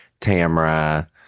Tamra